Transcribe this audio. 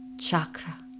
chakra